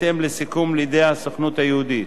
לסוכנות היהודית,